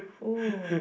oh